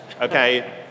okay